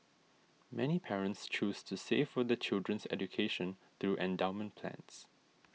many parents choose to save for their children's education through endowment plans